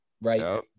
Right